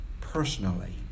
personally